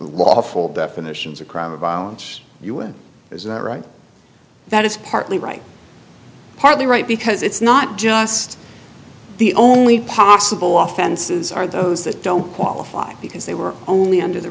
lawful definitions of crime of violence un is that right that is partly right partly right because it's not just the only possible off fences are those that don't qualify because they were only under the